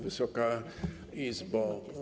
Wysoka Izbo!